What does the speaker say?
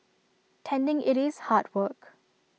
tending IT is hard work